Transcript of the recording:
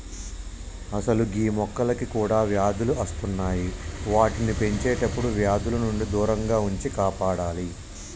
అసలు గీ మొక్కలకి కూడా వ్యాధులు అస్తున్నాయి వాటిని పెంచేటప్పుడు వ్యాధుల నుండి దూరంగా ఉంచి కాపాడాలి